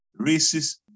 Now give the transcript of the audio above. racist